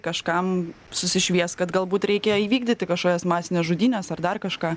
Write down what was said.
kažkam susišvies kad galbūt reikia įvykdyti kažkokias masines žudynes ar dar kažką